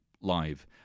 live